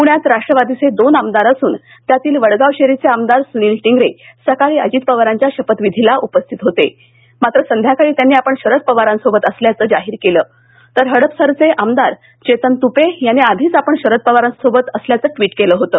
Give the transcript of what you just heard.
पूण्यात राष्ट्रवादीचे दोन आमदार असून त्यातील वडगावशेरीचे आमदार सूनील टिंगरे सकाळी अजित पवारांच्या शपथविधीला उपस्थित होते मात्र संध्याकाळी त्यांनी आपण शरद पवारांसोबत असल्याचं जाहिर केलं तर हडपसरचे आमदार चेतन तुपे यांनी आधीच आपण शरद पवारांसोबत असल्याचं ट्विट केलं होतं